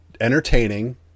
entertaining